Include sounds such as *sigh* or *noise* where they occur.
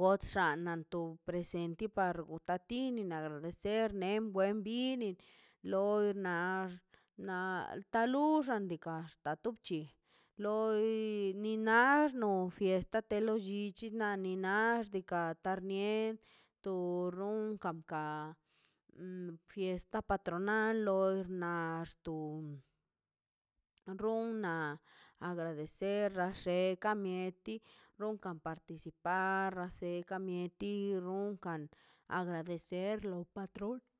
godxan antu presente para gutatini na agradecer ne en buen bini loi nax na taluxan diga paxta tu chi loi ni nax no fiesta de lo llichi na ni naxt katarnie to ronkan kan fiesta patronal loi na xto ronna agradecer axt xe ka mieti ronkan participar acerka mieti runkan agradecerlo patrón *hesitation*